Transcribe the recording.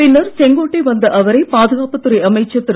பின்னர் செங்கோட்டை வந்த அவரை பாதுகாப்புத் துறை அமைச்சர் திரு